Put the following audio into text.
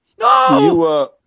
No